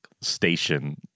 station